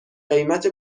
قیمت